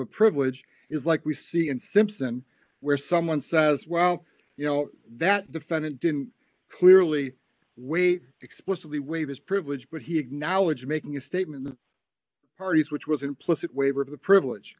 a privilege is like we see in simpson where someone says well you know that defendant didn't clearly wait explicitly waive his privilege but he acknowledged making a statement parties which was implicit waiver of the privilege